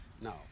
No